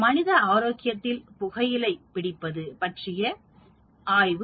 மனித ஆரோக்கியத்தில் புகையிலை பிடிப்பது பற்றிய ஆய்வு